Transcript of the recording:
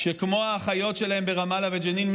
שכמו האחיות שלהן ברמאללה ובג'נין,